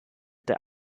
der